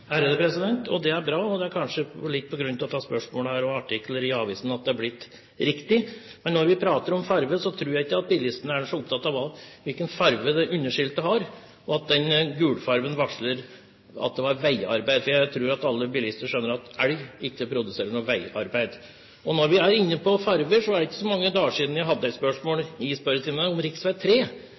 Og det er bra, og det er kanskje litt på grunn av dette spørsmålet her og artikler i avisen at det er blitt riktig. Men når vi prater om farge, tror jeg ikke bilistene er så opptatt av hvilken farge det underskiltet har, og om den gulfargen varslet at det var veiarbeid. Jeg tror at alle bilister skjønner at elg ikke produserer noe veiarbeid. Og når vi er inne på farger, er det ikke så mange dager siden jeg hadde et spørsmål i spørretimen om